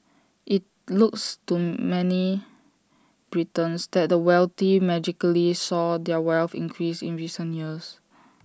IT looks to many Britons that the wealthy magically saw their wealth increase in recent years